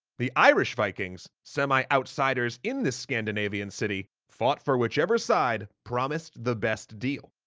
the irish vikings, semi-outsiders in this scandinavian city, fought for whichever side promised the best deal.